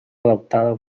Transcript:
adoptado